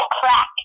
crack